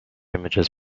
images